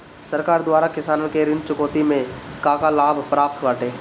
सरकार द्वारा किसानन के ऋण चुकौती में का का लाभ प्राप्त बाटे?